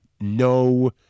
no